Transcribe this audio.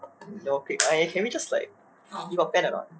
your clique can we just like you got pen or not